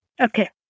Okay